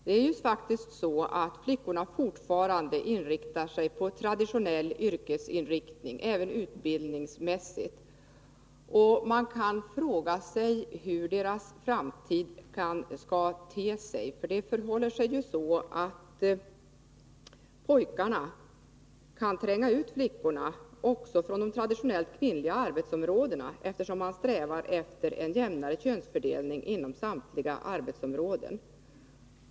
Det är ju faktiskt så att flickorna fortfarande utbildningsmässigt väljer en traditionell yrkesinriktning. Man kan fråga sig hur deras framtid kommer att te sig, för pojkarna kan tränga ut flickorna också från de traditionellt kvinnliga arbetsområdena, eftersom man strävar efter en jämnare könsfördelning inom samtliga yrken.